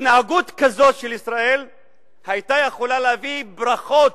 התנהגות כזאת של ישראל היתה יכולה להביא ברכות.